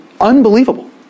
unbelievable